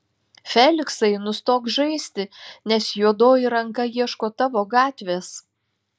feliksai nustok žaisti nes juodoji ranka ieško tavo gatvės